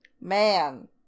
Man